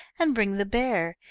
and bring the bear.